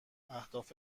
اهداف